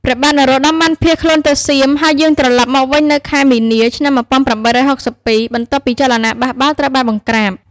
ព្រះបាទនរោត្តមបានភៀសខ្លួនទៅសៀម ហើយយាងត្រឡប់មកវិញនៅខែមីនា ឆ្នាំ ១៨៦២ បន្ទាប់ពីចលនាបះបោរត្រូវបានបង្ក្រាប។